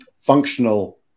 functional